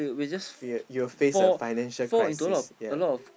fear your face a financial crisis